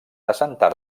assentar